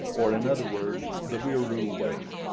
or, in other words, the wieroo way.